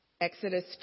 Exodus